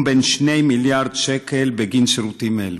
בן 2 מיליארד שקל בגין שירותים אלו.